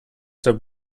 der